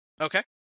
okay